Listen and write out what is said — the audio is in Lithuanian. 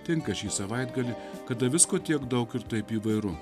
tenka šį savaitgalį kada visko tiek daug ir taip įvairu